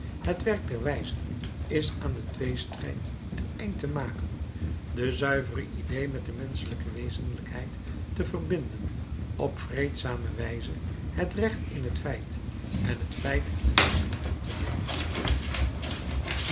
het werk der wijzen is aan den tweestrijd een einde te maken de zuivere idée met de menschelijke wezenlijkheid te verbinden op vreedzame wijze het recht in het feit en het feit in het recht op te nemen